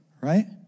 right